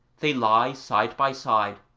they lie side by side,